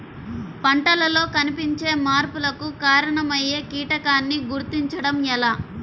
పంటలలో కనిపించే మార్పులకు కారణమయ్యే కీటకాన్ని గుర్తుంచటం ఎలా?